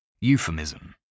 Euphemism